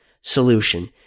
solution